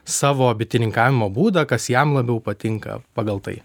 savo bitininkavimo būdą kas jam labiau patinka pagal tai